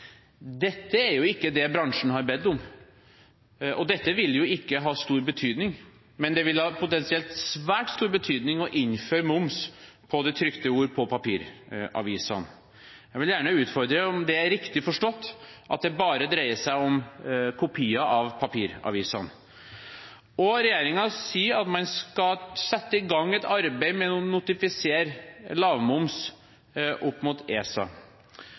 Dette er ikke det bransjen har bedt om, og dette vil ikke ha stor betydning, men det vil potensielt ha svært stor betydning å innføre moms på det trykte ord – på papiravisene. Jeg vil gjerne utfordre på om det er riktig forstått at dette bare dreier seg om kopier av papiravisene. Regjeringen sier at man skal sette i gang et arbeid med å notifisere lavmoms opp mot ESA.